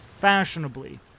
fashionably